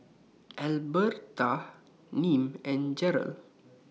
Albertha Nim and Jerrell